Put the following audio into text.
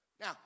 Now